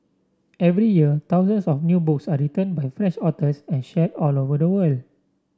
every year thousands of new books are written by French authors and shared all over the world